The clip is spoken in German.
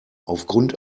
aufgrund